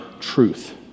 truth